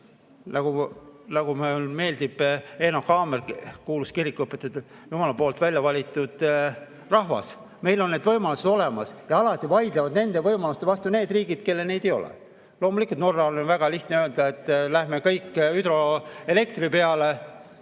nagu Eenok Haamer, kuulus kirikuõpetaja, ütles, Jumala poolt välja valitud rahvas. Meil on need võimalused olemas. Ja alati vaidlevad nende võimaluste vastu need riigid, kellel neid ei ole. Loomulikult Norral on väga lihtne öelda, et lähme kõik hüdroelektri peale.